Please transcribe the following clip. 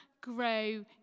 grow